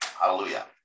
Hallelujah